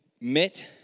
met